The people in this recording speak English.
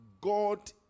God